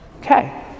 okay